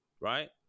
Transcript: right